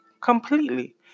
completely